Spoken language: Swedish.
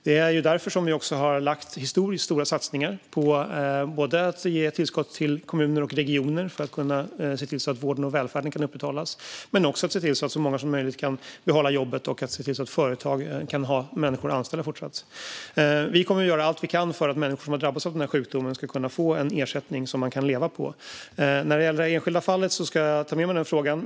Det är också därför som vi har gjort historiskt stora satsningar, både för att ge tillskott till kommuner och regioner så att vården och välfärden ska kunna upprätthållas och för att så många som möjligt ska kunna behålla jobbet och att företag ska kunna fortsätta att ha människor anställda. Vi kommer att göra allt vi kan för att människor som har drabbats av sjukdomen ska få en ersättning som de kan leva på. När det gäller det enskilda fallet ska jag ta med mig frågan.